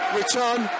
Return